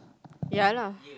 yeah lah